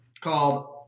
Called